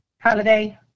Holiday